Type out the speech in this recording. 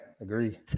agree